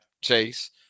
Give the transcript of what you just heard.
Chase